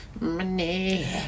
money